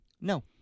No